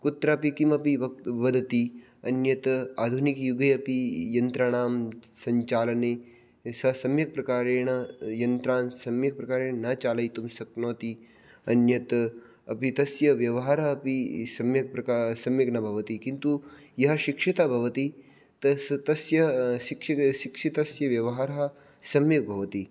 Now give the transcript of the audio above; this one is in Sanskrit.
कुत्रापि किमपि वदति अन्यत् आधुनिकयुगे अपि यन्त्राणां सञ्चालने सः सम्यक् प्रकारेण यन्त्रान् सम्यक् प्रकारेण न चालयितुं शक्नोति अन्यत् अपि तस्य व्यवहारः अपि सम्यक् प्रका सम्यक् न भवति किन्तु यः शिक्षितः भवति तस्य शिक्षितस्य व्यवहारः सम्यक् भवति